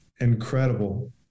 incredible